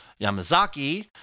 Yamazaki